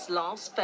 last